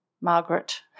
Margaret